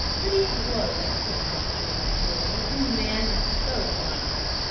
lydia glowed at the generosity of this girl whom the man had so maligned.